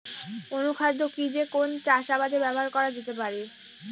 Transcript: অনুখাদ্য কি যে কোন চাষাবাদে ব্যবহার করা যেতে পারে?